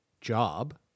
job